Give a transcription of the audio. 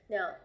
Now